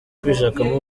kwishakamo